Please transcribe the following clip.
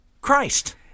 Christ